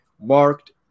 marked